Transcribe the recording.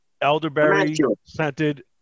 elderberry-scented